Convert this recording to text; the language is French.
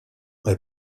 est